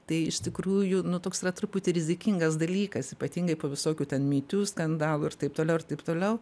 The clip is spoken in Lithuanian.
tai iš tikrųjų nu toks yra truputį rizikingas dalykas ypatingai po visokių ten my tiu skandalų ir ir taip toliau ir taip toliau